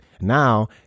Now